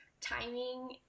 timing